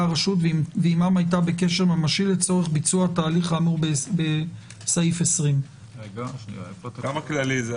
הרשות ועימם היתה בקשר ממשי לצורך תהליך האמור בסעיף 20. כמה כללי?